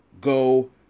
go